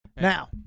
Now